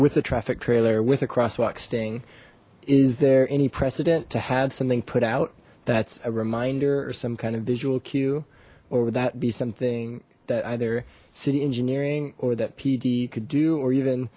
with the traffic trailer with a crosswalk sting is there any precedent to have something put out that's a reminder or some kind of visual cue or would that be something that either city engineering or that pd could do or even